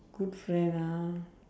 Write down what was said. good friend ah